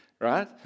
Right